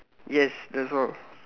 yes that's all